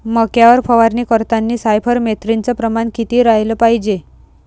मक्यावर फवारनी करतांनी सायफर मेथ्रीनचं प्रमान किती रायलं पायजे?